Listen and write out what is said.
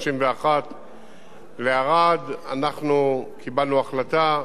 אנחנו קיבלנו החלטה לבצע אותו ואנחנו מבצעים אותו,